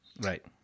right